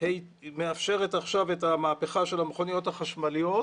והיא מאפשרת עכשיו את המהפכה של המכוניות החשמליות